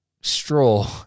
straw